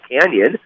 Canyon